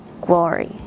glory